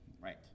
right